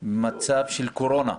במצב של קורונה.